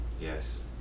Yes